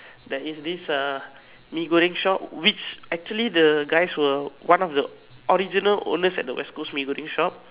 there is this uh Mee-Goreng shop which actually the guys were one of the original owners at the West-Coast Mee-Goreng shop